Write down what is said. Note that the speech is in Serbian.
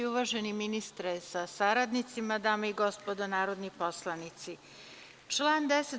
Uvaženi ministre sa saradnicima, dame i gospodo narodni poslanici, član 10.